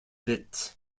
witt